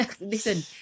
listen